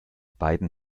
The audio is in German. beiden